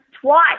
Twice